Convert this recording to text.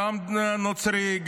גם נוצרי,